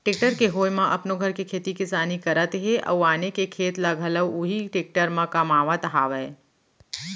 tractor के होय म अपनो घर के खेती किसानी करत हें अउ आने के खेत ल घलौ उही टेक्टर म कमावत हावयँ